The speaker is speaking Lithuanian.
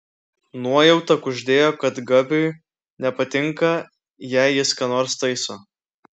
nuojauta kuždėjo kad gabiui nepatinka jei jį kas nors taiso